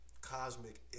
cosmic